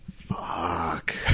fuck